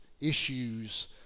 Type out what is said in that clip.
issues